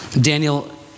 Daniel